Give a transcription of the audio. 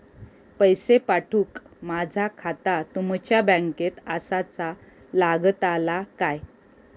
पैसे पाठुक माझा खाता तुमच्या बँकेत आसाचा लागताला काय?